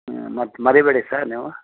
ಹ್ಞೂ ಮತ್ತೆ ಮರಿಬೇಡಿ ಸರ್ ನೀವು